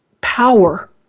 power